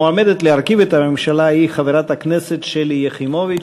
המועמדת להרכיב את הממשלה היא חברת הכנסת שלי יחימוביץ.